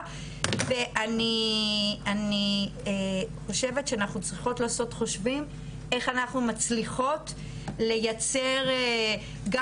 ואני חושבת שאנחנו צריכות לעשות חושבים איך אנחנו מצליחות לייצר גם